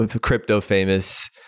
crypto-famous